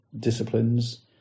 disciplines